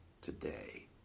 today